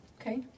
Okay